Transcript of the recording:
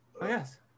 Yes